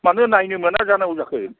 मानो नायनो मोना जानांगौ जाखो